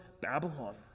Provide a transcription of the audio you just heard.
Babylon